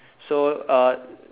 so uh